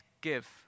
give